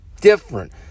different